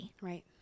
right